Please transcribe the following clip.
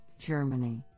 Germany